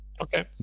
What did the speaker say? okay